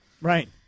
Right